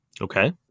Okay